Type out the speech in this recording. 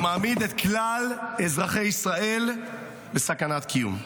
הוא מעמיד את כלל אזרחי ישראל בסכנת קיום.